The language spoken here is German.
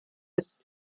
ist